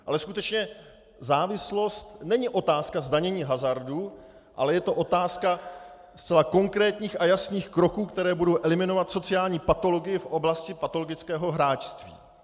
Ale skutečně závislost není otázka zdanění hazardu, ale je to otázka zcela konkrétních a jasných kroků, které budou eliminovat sociální patologii v oblasti patologického hráčství.